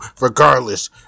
regardless